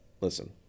listen